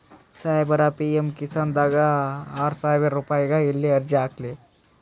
ಸಾಹೇಬರ, ಪಿ.ಎಮ್ ಕಿಸಾನ್ ದಾಗ ಆರಸಾವಿರ ರುಪಾಯಿಗ ಎಲ್ಲಿ ಅರ್ಜಿ ಹಾಕ್ಲಿ?